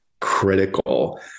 critical